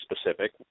specific